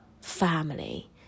family